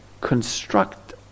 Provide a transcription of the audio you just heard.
construct